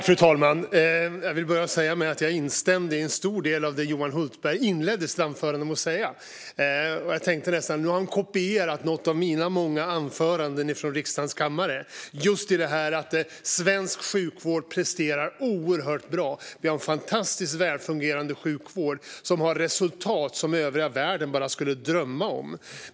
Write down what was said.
Fru talman! Jag vill börja med att säga att jag instämde i en stor del av det Johan Hultberg inledde sitt anförande med att säga. Jag tänkte nästan att han hade kopierat något av mina många anföranden från riksdagens kammare. Det handlar om att svensk sjukvård presterar oerhört bra. Vi har en fantastisk välfungerande sjukvård som har resultat som man i övriga världen bara skulle drömma om.